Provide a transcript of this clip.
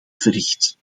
verricht